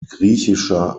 griechischer